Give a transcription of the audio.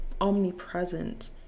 omnipresent